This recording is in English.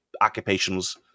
occupations